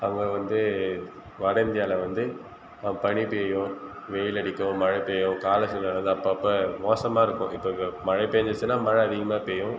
அங்கே வந்து வட இந்தியாவில் வந்து பனி பெய்யும் வெயில் அடிக்கும் மழை பெய்யும் கால சூழ்நில வந்து அப்போப்ப மோசமாக இருக்கும் இப்போ மழை பேஞ்சுச்சின்னா மழை அதிகமாக பெய்யும்